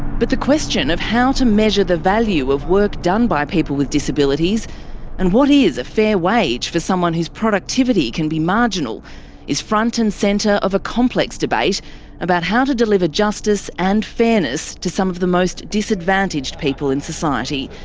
but the question of how to measure the value of work done by people with disabilities and what is a fair wage for someone whose productivity can be marginal is front and centre of a complex debate about how to deliver justice and fairness to some of the most disadvantaged people in society.